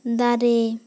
ᱫᱟᱨᱮ